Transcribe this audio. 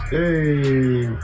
Hey